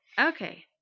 Okay